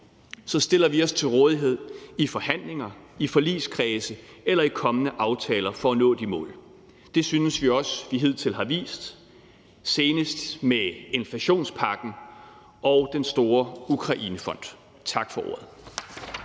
så stiller vi os til rådighed i forhandlinger, i forligskredse eller i kommende aftaler for at nå de mål. Det synes vi også vi hidtil har vist, senest med inflationspakken og den store Ukrainefond. Tak for ordet.